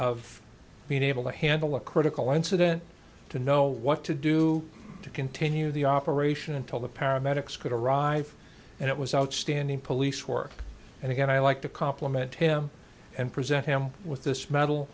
of being able to handle a critical incident to know what to do to continue the operation until the paramedics could arrive and it was outstanding police work and again i like to compliment him and present him with this m